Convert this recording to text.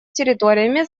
территориями